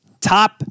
top